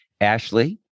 Ashley